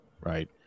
right